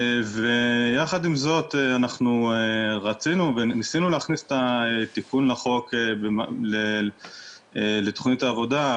ויחד עם זאת אנחנו רצינו וניסינו להכניס את התיקון לחוק לתכנית העבודה,